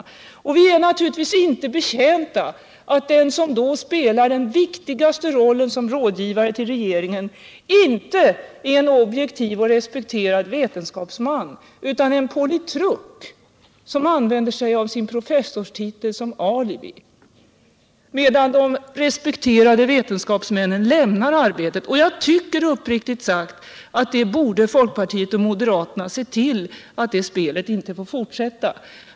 Vi är naturligtvis inte betjänta av att den som då spelar den viktigaste rollen som rådgivare till regeringen inte är en objektiv och respekterad vetenskapsman utan en politruk, som använder sin professorstitel som alibi, medan de respekterade vetenskapsmännen lämnar arbetet. Jag tycker uppriktigt sagt att folkpartiet och moderaterna borde se till att det spelet inte får fortsätta.